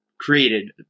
created